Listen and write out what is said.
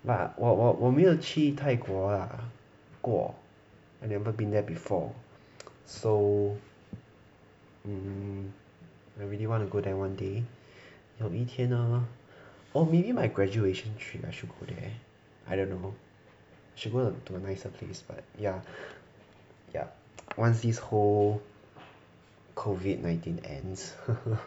but 我我我没有去泰国过 lah I never been there before so mm I really want to go there one day 有一天呢 or maybe my graduation trip I should go there I don't know should go to a nicer place but yeah yeah once these whole COVID nineteen ends